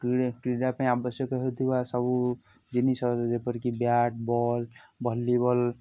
କ୍ରୀଡ଼ା କ୍ରୀଡ଼ା ପାଇଁ ଆବଶ୍ୟକ ହେଉଥିବା ସବୁ ଜିନିଷ ଯେପରିକି ବ୍ୟାଟ୍ ବଲ୍ ଭଲିବଲ